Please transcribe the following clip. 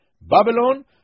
Babylon